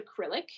acrylic